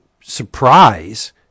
surprise